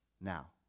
Now